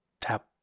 Tap